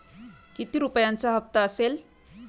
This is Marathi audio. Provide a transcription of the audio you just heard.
किती रुपयांचा हप्ता असेल?